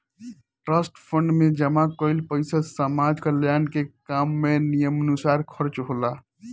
trust fund में जमा कईल पइसा समाज कल्याण के काम में नियमानुसार खर्चा होला